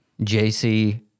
JC